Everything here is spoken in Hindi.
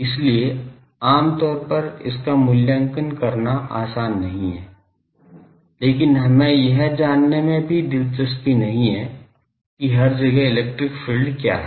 इसलिए आम तौर पर इसका मूल्यांकन करना आसान नहीं है लेकिन हमें यह जानने में भी दिलचस्पी नहीं है कि हर जगह इलेक्ट्रिक फ़ील्ड क्या है